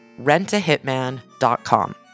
rentahitman.com